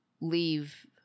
leave